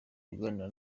uganira